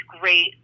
great –